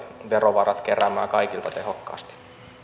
verovarat keräämään kaikilta tehokkaasti